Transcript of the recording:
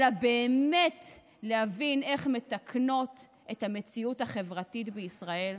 אלא באמת להבין איך מתקנות את המציאות החברתית בישראל.